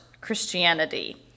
Christianity